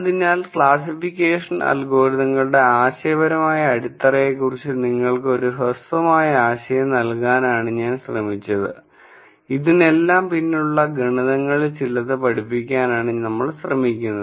അതിനാൽ ക്ലാസ്സിഫിക്കേഷൻ അൽഗോരിതങ്ങളുടെ ആശയപരമായ അടിത്തറയെക്കുറിച്ച് നിങ്ങൾക്ക് ഒരു ഹ്രസ്വമായ ആശയം നൽകാനാണു ഞാൻ ശ്രമിച്ചത് ഇതിനെല്ലാം പിന്നിലുള്ള ഗണിതങ്ങളിൽ ചിലത് പഠിപ്പിക്കാനാണ് നമ്മൾ ശ്രമിക്കുന്നത്